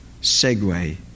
segue